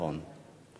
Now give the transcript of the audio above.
נכון.